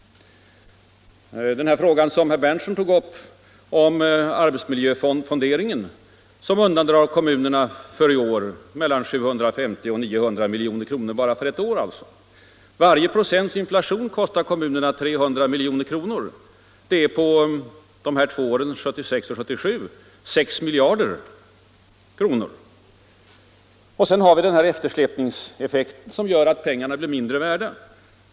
Herr Berndtson tog upp frågan om arbetsmiljöfonderingen, som undandrar kommunerna mellan 750 och 900 milj.kr. bara i år. Varje procents inflation kostar kommunerna 300 milj.kr.; på de två åren 1976 och 1977 är det 6 miljarder kronor. Sedan har vi eftersläpningseffekten, som gör att pengarna blir mindre värda.